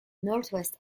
northwest